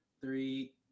three